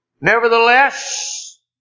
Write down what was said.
Nevertheless